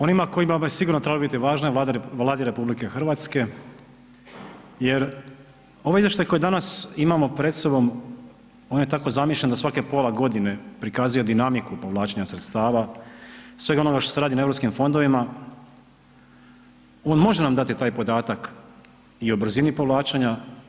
Onima kojima bi sigurno trebala biti važna je Vladi RH jer ovo izvješće koje danas imamo pred sobom, ono je tako zamišljeno da svake pola godine prikazuje dinamiku povlačenja sredstava, svega onoga što se radi na EU fondovima, on može nam dati taj podatak i o brzini povlačenja.